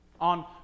on